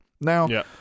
Now